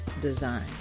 design